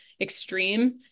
extreme